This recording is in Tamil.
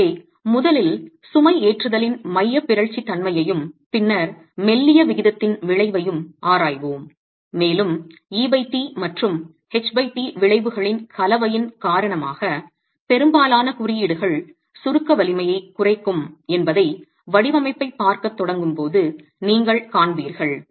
எனவே முதலில் சுமைஏற்றுதலின் மையப் பிறழ்ச்சித்தன்மையையும் பின்னர் மெல்லிய விகிதத்தின் விளைவையும் ஆராய்வோம் மேலும் et மற்றும் ht விளைவுகளின் கலவையின் காரணமாக பெரும்பாலான குறியீடுகள் சுருக்க வலிமையைக் குறைக்கும் என்பதை வடிவமைப்பைப் பார்க்கத் தொடங்கும் போது நீங்கள் காண்பீர்கள்